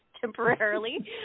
temporarily